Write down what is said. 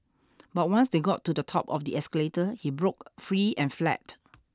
but once they got to the top of the escalator he broke free and fled